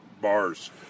bars